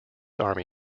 army